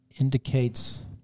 indicates